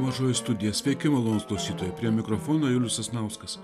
mažoji studija sveiki malonūs klausytojai prie mikrofono julius sasnauskas